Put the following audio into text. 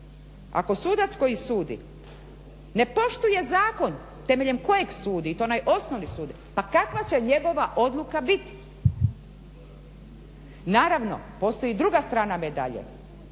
ako sudac koji sudi ne poštuje zakon temeljem kojeg sudi i to onaj osnovni sud pa kakva će njegova odluka biti? Naravno, postoji i druga strana medalje